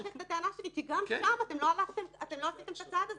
כי גם שם לא עשיתם את הצעד הזה,